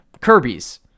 kirby's